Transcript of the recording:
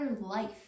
life